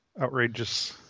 outrageous